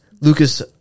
Lucas